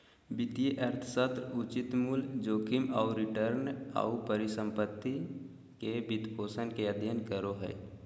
वित्तीय अर्थशास्त्र उचित मूल्य, जोखिम आऊ रिटर्न, आऊ परिसम्पत्ति के वित्तपोषण के अध्ययन करो हइ